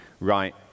right